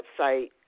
website